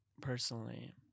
Personally